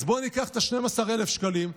אז בואו ניקח את 12,000 השקלים,